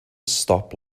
stop